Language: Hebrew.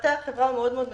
מטה החברה מאוד מאוד מצומצם.